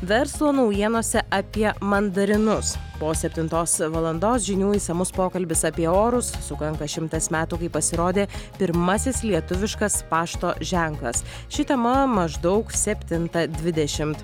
verslo naujienose apie mandarinus po septintos valandos žinių išsamus pokalbis apie orus sukanka šimtas metų kai pasirodė pirmasis lietuviškas pašto ženklas ši tema maždaug septintą dvidešimt